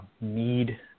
need